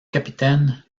capitaine